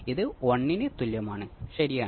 ഇത് എന്റെ ബീറ്റയാണ്